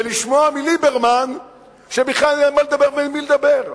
ולשמוע מליברמן שבכלל אין על מה לדבר ואין עם מי לדבר.